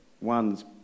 One's